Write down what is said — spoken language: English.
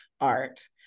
art